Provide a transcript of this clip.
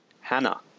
Hannah